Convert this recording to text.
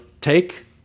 take